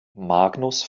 magnus